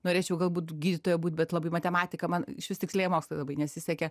norėčiau galbūt gydytoja būt bet labai matematika man išvis tikslieji mokslai labai nesisekė